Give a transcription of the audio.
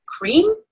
cream